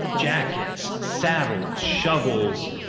jackets, saddles, shovels,